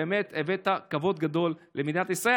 באמת הבאת כבוד גדול למדינת ישראל.